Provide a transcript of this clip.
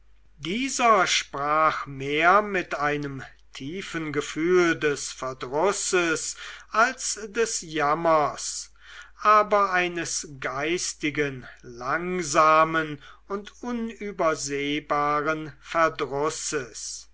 dieser sprach mehr mit einem tiefen gefühl des verdrusses als des jammers aber eines geistigen langsamen und unübersehlichen verdrusses